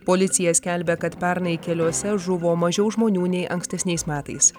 policija skelbia kad pernai keliuose žuvo mažiau žmonių nei ankstesniais metais